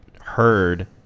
heard